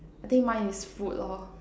I think mine is food lor